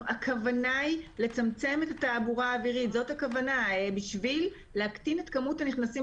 הכוונה היא לצמצם את התעבורה האווירית כדי להקטין את כמות הנכנסים